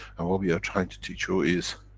and what we are trying to teach you is,